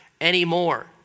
anymore